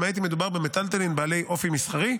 למעט אם מדובר במיטלטלין בעל אופי מסחרי.